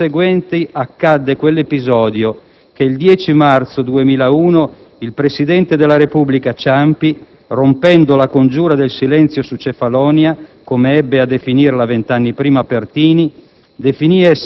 Nei giorni seguenti accadde quell'episodio che, il 10 marzo 2001, il presidente della Repubblica Ciampi - rompendo la «congiura del silenzio su Cefalonia», come ebbe a definirla vent'anni prima Pertini